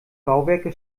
bauwerke